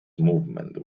movement